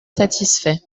satisfait